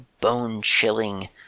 bone-chilling